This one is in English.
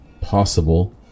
possible